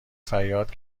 فریاد